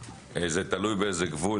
תלוי באיזה גבול.